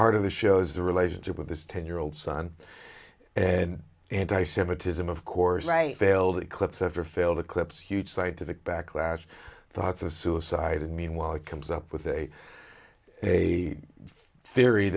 heart of the shows the relationship with this ten year old son and anti semitism of course i failed it clips of her failed eclipse huge scientific backlash thoughts of suicide and meanwhile he comes up with a a theory